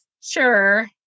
Sure